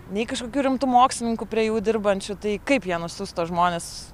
nei kažkokių rimtų mokslininkų prie jų dirbančių tai kaip jie nusiųs tuos žmones